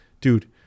Dude